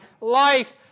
Life